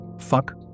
fuck